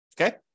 Okay